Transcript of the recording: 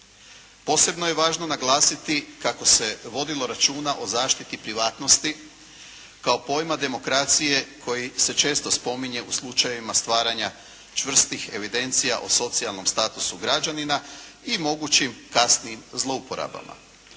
Posebno je važno naglasiti kako se vodilo računa o zaštiti privatnosti kao pojma demokracije koji se često spominje u slučajevima stvaranja čvrstih evidencija o socijalnom statusu građanina i mogućim kasnijim zlouporabama.